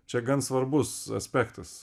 čia gan svarbus aspektas